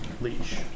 Leash